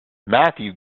matthew